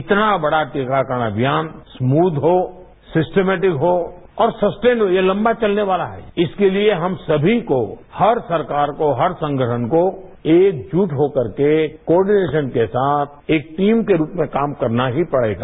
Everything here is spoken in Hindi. इतना बड़ा टीकाकरण अभियान स्प्रथ हो सिस्टमेटिक हो और सस्टेन्डेड हो ये लंबा चलने वाला है इसके लिए हम सभी को हर सरकार को हर संगठन को एकजुट हो करके क्वारडिनेशन के साथ एक टीम के रूप में काम करना ही पड़ेगा